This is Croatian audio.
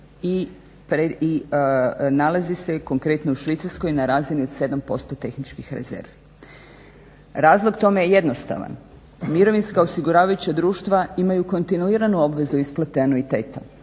i nalazi se konkretno u Švicarskoj na razini od 7% tehničkih rezervi. Razlog tome je jednostavan, mirovinska osiguravajuća društva imaju kontinuiranu obvezu isplate anuitetu